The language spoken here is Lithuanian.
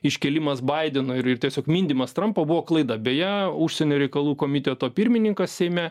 iškėlimas baideno ir ir tiesiog mindymas trampo buvo klaida beje užsienio reikalų komiteto pirmininkas seime